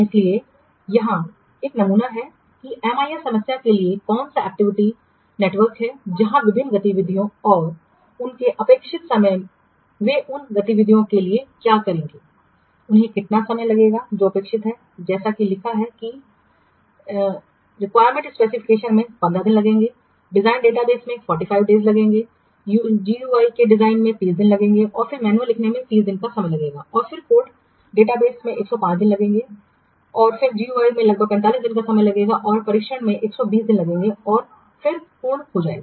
इसलिए यह एक नमूना है कि MIS समस्या के लिए कौन सा एक्टिविटी नेटवर्क है जहाँ विभिन्न गतिविधियाँ और उनके अपेक्षित समय वे इन गतिविधियों के लिए क्या करेंगे उन्हें कितना समय लगेगा जो अपेक्षित है जैसे कि लिखा है जैसे रिक्वायरमेंट स्पेसिफिकेशन में 15 दिन लगेंगे डिजाइनिंग डेटाबेस में 45 दिन लगेंगे जीयूआई को डिजाइन करने में 30 दिन लगेंगे और फिर मैनुअल लिखने में 30 दिन का समय लगेगा और फिर कोड डेटाबेस को 105 दिन कोडिंग में लगेगा जीयूआई भाग में 45 दिन का समय लगेगा और परीक्षण में 120 दिन लगेंगे और फिर पूर्ण हो जाएगा